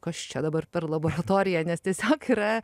kas čia dabar per laboratorija nes tiesiog yra